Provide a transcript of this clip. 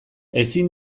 ezin